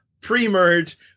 pre-merge